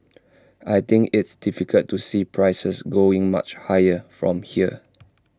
I think it's difficult to see prices going much higher from here